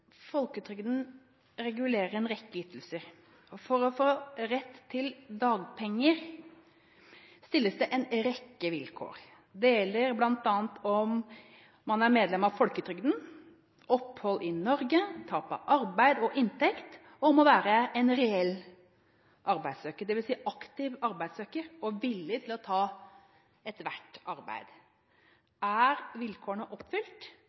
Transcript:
regulerer en rekke ytelser. For å få rett til dagpenger stilles det en rekke vilkår. Det gjelder bl.a. om man er medlem av folketrygden, har opphold i Norge, tap av arbeid og inntekt, og om å være en reell arbeidssøker, dvs. aktiv arbeidssøker, og villig til å ta ethvert arbeid. Er vilkårene oppfylt,